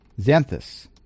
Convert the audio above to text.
Xanthus